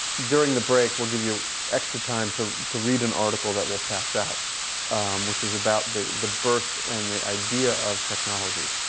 during the break, we'll give you extra time to to read an article that we'll pass out which is about the the birth and the idea of technology,